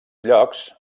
llocs